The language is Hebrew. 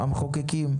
המחוקקים,